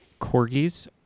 corgis